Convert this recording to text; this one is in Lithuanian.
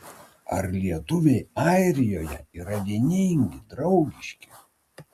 ar lietuviai airijoje yra vieningi draugiški